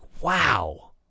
wow